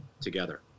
together